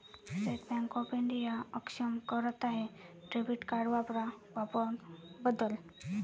state bank of India अक्षम करत आहे डेबिट कार्ड वापरा वापर बदल